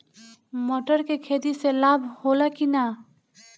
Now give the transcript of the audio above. मटर के खेती से लाभ होला कि न?